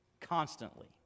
constantly